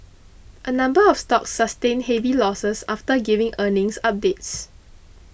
a number of stocks sustained heavy losses after giving earnings updates